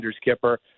skipper